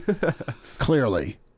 Clearly